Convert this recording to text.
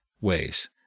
ways